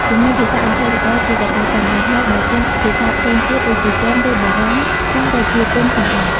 ជំនាញភាសាអង់គ្លេសល្អជាកត្តាចាំបាច់ ហើយបើចេះភាសាផ្សេងទៀតដូចជាចិន ឬបារាំង កាន់តែជាគុណសម្បត្តិ។